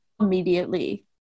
Immediately